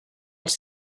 els